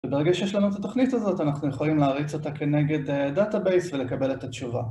ברגע שיש לנו את התוכנית הזאת אנחנו יכולים להריץ אותה כנגד דאטאבייס ולקבל את התשובה